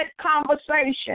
conversation